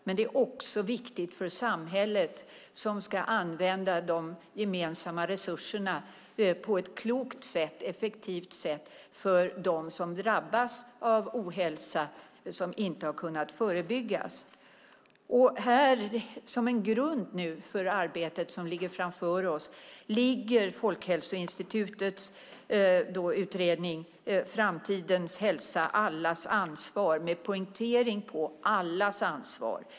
Men det är också viktigt för samhället, som ska använda de gemensamma resurserna på ett klokt och effektivt sätt för dem som drabbas av ohälsa som inte har kunnat förebyggas. Som en grund för arbetet vi har framför oss ligger Folkhälsoinstitutets utredning Framtidens folkhälsa - allas ansvar , med poängtering på allas ansvar.